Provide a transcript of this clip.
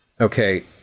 Okay